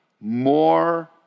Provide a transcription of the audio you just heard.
more